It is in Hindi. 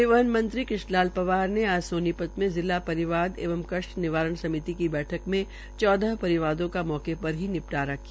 परिवहन मंत्री कृष्ण लाल पंवार ने आज सोनीपत मे जिला परिवाद एवं कष्ट निवारण समिति की बैठक मे चौदह परिवारों का मौके पर ही निपटारा किया